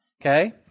Okay